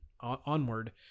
onward